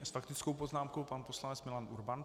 S faktickou poznámkou pan poslanec Milan Urban.